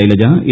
Shailaja A